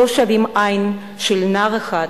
לא שווה עין של נער אחד,